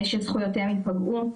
שזכויותיהם ייפגעו.